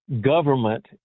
government